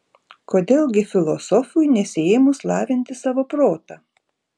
kodėl gi filosofui nesiėmus lavinti savo protą